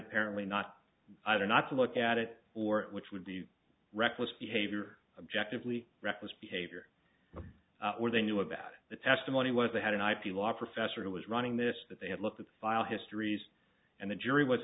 parent not either not to look at it or which would be reckless behavior objective lee reckless behavior where they knew about it the testimony was they had an ip law professor who was running this that they had looked at the file histories and the jury was